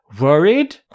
Worried